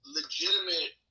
legitimate